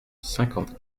cinquante